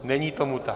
Není tomu tak.